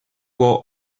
our